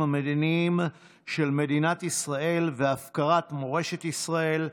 והמדיניים של מדינת ישראל והפקרת מורשת ישראל,